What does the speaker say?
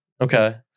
Okay